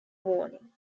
warning